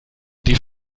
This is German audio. die